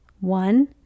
one